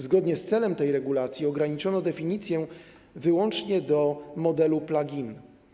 Zgodnie z celem tej regulacji ograniczono definicję wyłącznie do modelu plug-in.